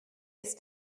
ist